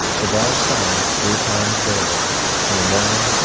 the bell sounds three times daily in the morning,